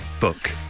book